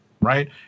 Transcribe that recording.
Right